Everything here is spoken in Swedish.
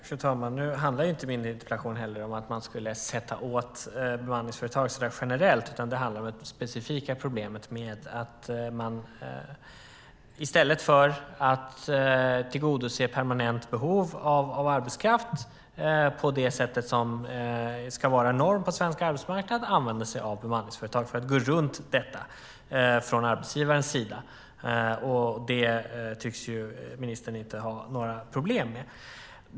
Fru talman! Nu handlar inte min interpellation om att sätta åt bemanningsföretag generellt, utan den handlar om det specifika problemet att arbetsgivare i stället för att tillgodose ett permanent behov av arbetskraft på det sätt som ska vara norm på svensk arbetsmarknad använder sig av bemanningsföretag. Det tycks ministern inte ha några problem med.